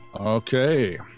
Okay